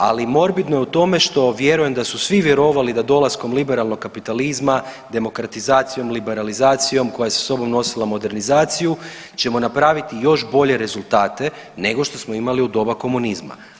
Ali morbidno je u tome što vjerujem da su svi vjerovali da dolaskom liberalnog kapitalizma, demokratizacijom, liberalizacijom koja je sa sobom nosila modernizaciju ćemo napraviti još bolje rezultate nego što smo imali u doba komunizma.